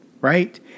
right